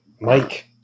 Mike